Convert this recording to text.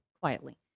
Quietly